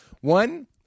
One